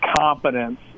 confidence